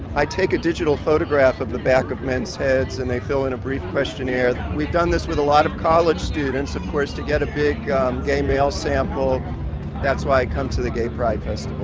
i take a digital photograph of the back of men's heads and they fill in a brief questionnaire we've done this with a lot of college students of course to get a big gay male sample that's why i came to the gay pride festival.